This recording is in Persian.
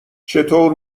چطور